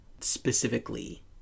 specifically